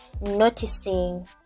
noticing